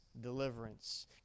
deliverance